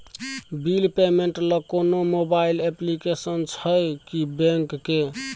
Bill payment ल कोनो mobile application छै की बैंक के?